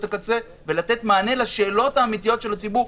הקצה ולתת מענה לשאלות האמיתיות של הציבור,